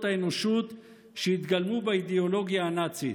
האנושות שהתגלמו באידיאולוגיה הנאצית.